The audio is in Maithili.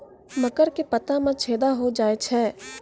मकर के पत्ता मां छेदा हो जाए छै?